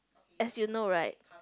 as you know right